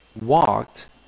walked